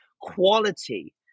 quality